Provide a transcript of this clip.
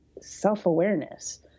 self-awareness